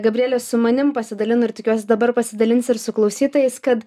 gabrielė su manim pasidalino ir tikiuosi dabar pasidalins ir su klausytojais kad